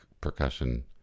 percussion